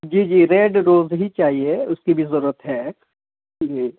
جی جی red rose ہی چاہیے اس کی بھی ضرورت ہے جی